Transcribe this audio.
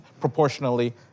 proportionally